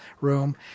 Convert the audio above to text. room